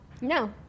No